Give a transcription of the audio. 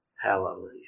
Hallelujah